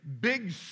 big